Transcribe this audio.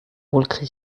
wolke